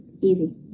easy